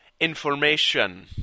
information